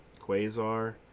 Quasar